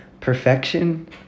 perfection